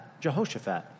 Jehoshaphat